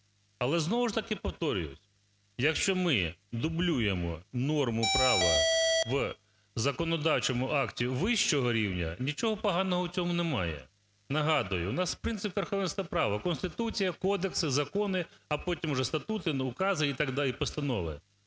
Але знову ж таки повторююсь,: якщо ми дублюємо норму права в законодавчому акті вищого рівня, нічого поганого в цьому немає. Нагадую, в нас принцип верховенства права: Конституція, кодекси, закони, а поті вже статути, укази і так далі, і постанови.